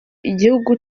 igitugu